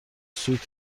سود